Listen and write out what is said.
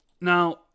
Now